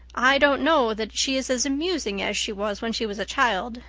i don't know that she is as amusing as she was when she was a child,